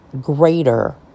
greater